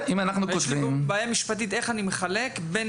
יש לי פה בעיה משפטית איך אני מחלק בין